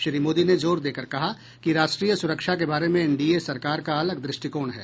श्री मोदी ने जोर देकर कहा कि राष्ट्रीय सुरक्षा के बारे में एनडीए सरकार का अलग द्रष्टिकोण है